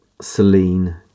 Celine